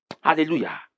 Hallelujah